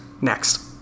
Next